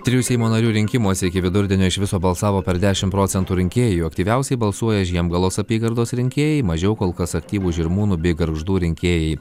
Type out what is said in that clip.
trijų seimo narių rinkimuose iki vidurdienio iš viso balsavo per dešimt procentų rinkėjų aktyviausiai balsuoja žiemgalos apygardos rinkėjai mažiau kol kas aktyvūs žirmūnų bei gargždų rinkėjai